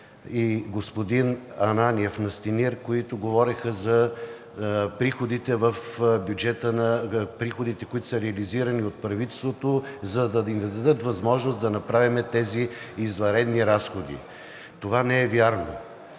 и господин Настимир Ананиев, които говореха за приходите, които са реализирани от правителството, за да ни дадат възможност да направим тези извънредни разходи, но това не е вярно.